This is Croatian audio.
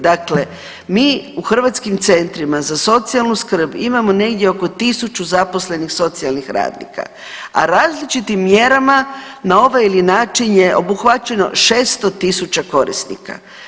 Dakle mi u Hrvatskim centrima za socijalnu skrb imamo negdje oko 1000 zaposlenih socijalnih radnika, a različitim mjerama na ovaj način je obuhvaćeno 600 000 korisnika.